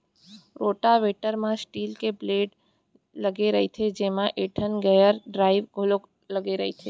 rotavator म steel के blade लगे रइथे जेमा एकठन गेयर ड्राइव घलौ लगे रथे